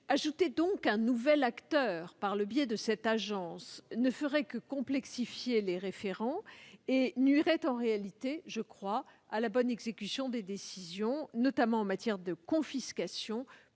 Ajouter un nouvel acteur par le biais de cette agence ne ferait que complexifier les référents et nuirait en réalité à la bonne exécution des décisions, notamment en matière de confiscation,